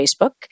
Facebook